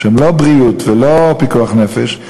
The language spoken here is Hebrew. שהם לא בריאות ולא פיקוח נפש,